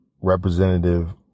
representative